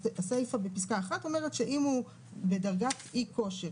והסיפה בפסקה (1) אומרת שאם הוא בדרגת אי-כושר